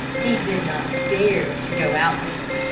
he did not dare to go out there,